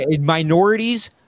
minorities